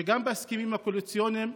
גם בהסכמים הקואליציוניים,